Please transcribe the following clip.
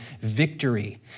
victory